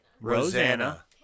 Rosanna